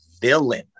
villain